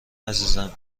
عزیزم